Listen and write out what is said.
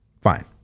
fine